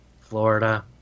Florida